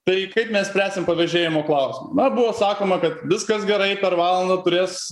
tai kaip mes spręsim pavėžėjimo klausimą na buvo sakoma kad viskas gerai per valandą turės